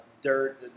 dirt